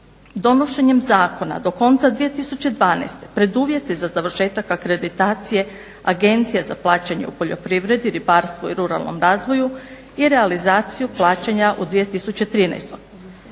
donošenjem zakona do konca 2012. preduvjete za završetak akreditacije Agencija za plaćanje u poljoprivredi, ribarstvu i ruralnom razvoju i realizaciju plaćanja u 2013.